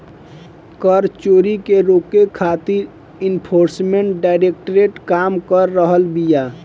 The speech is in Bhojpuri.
कर चोरी के रोके खातिर एनफोर्समेंट डायरेक्टरेट काम कर रहल बिया